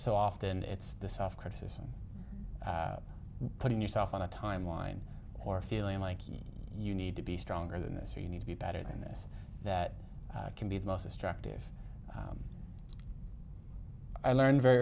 so often it's the soft criticism of putting yourself on a timeline or feeling like you need to be stronger than this or you need to be better than this that can be the most destructive i learned very